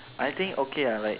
I think okay ah like